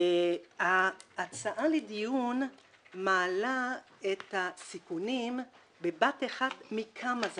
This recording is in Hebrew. ההצעה לדיון מעלה את הסיכונים בבת-אחת מכמה זוויות: